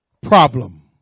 problem